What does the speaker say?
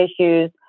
issues